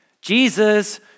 Jesus